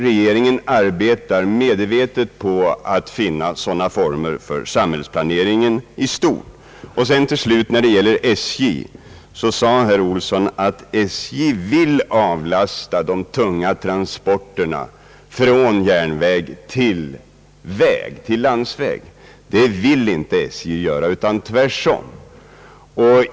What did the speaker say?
Regeringen arbetar emellertid medvetet på att finna sådana former för samhällsplaneringen i stort. Vad slutligen SJ beträffar sade herr Olsson att SJ vill avlasta de tunga transporterna från järnväg till landsväg. Det vill inte SJ göra utan tvärtom.